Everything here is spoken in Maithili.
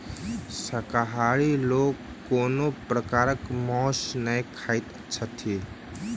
शाकाहारी लोक कोनो प्रकारक मौंस नै खाइत छथि